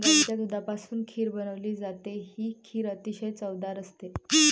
गाईच्या दुधापासून खीर बनवली जाते, ही खीर अतिशय चवदार असते